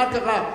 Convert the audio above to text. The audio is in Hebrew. מה קרה?